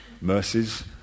Mercies